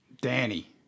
Danny